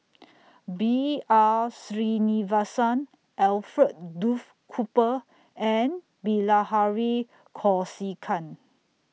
B R Sreenivasan Alfred Duff Cooper and Bilahari Kausikan